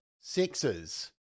sexes